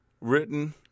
written